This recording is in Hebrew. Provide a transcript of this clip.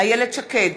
איילת שקד,